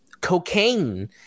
cocaine